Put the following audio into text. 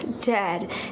Dad